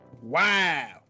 Wow